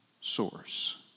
source